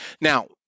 Now